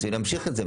רוצים להמשיך את זה.